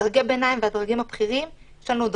בדרגי הביניים ובדרגים הבכירים יש לנו עוד